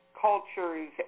cultures